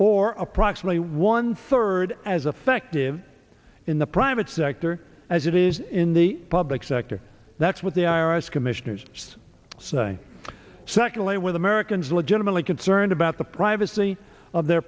one or approximately one third as effective in the private sector as it is in the public sector that's what the i r s commissioners say secondly with americans legitimately concerned about the privacy of their